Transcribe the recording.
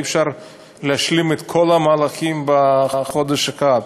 אי-אפשר להשלים את כל המהלכים בחודש אחד.